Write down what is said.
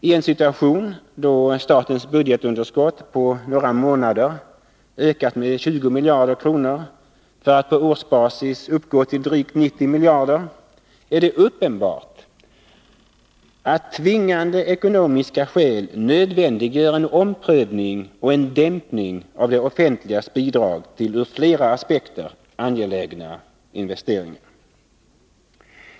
I en situation då statens budgetunderskott på några månader ökat med 20 miljarder kronor, för att på årsbasis uppgå till drygt 90 miljarder, är det uppenbart att tvingande ekonomiska skäl nödvändiggör en omprövning och en dämpning av det offentligas bidrag till ur flera aspekter angelägna investeringar.